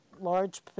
large